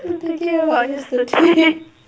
I'm thinking about yesterday